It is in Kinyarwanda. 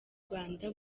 rwanda